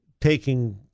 taking